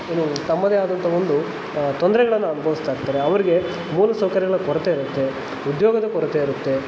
ಏನು ತಮ್ಮದೇ ಆದಂಥ ಒಂದು ತೊಂದರೆಗಳನ್ನ ಅನುಭವಿಸ್ತಾ ಇರ್ತಾರೆ ಅವ್ರಿಗೆ ಮೂಲ ಸೌಕರ್ಯಗಳ ಕೊರತೆ ಇರತ್ತೆ ಉದ್ಯೋಗದ ಕೊರತೆ ಇರತ್ತೆ